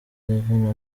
revenue